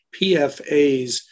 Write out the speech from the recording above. PFAs